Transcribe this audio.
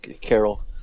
Carol